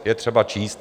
Je třeba číst.